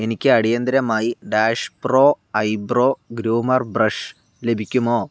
എനിക്ക് അടിയന്തിരമായി dash pro i bro groomer brush ലഭിക്കുമോ